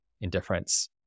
indifference